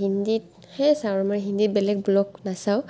হিন্দীত সেয়েই চাওঁ আৰু মই হিন্দীত বেলেগ ব্লগ নাচাওঁ